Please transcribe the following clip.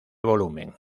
volumen